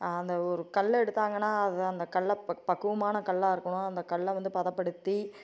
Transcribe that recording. அந்த ஒரு கல்லை எடுத்தாங்கன்னால் அது அந்த கல்லை பக் பக்குவமான கல்லா இருக்கணும் அந்த கல்லை வந்து பதப்படுத்தி